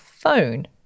phone